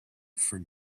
for